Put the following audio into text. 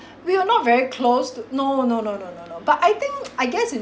we were not very close to no no no no but I think I guess in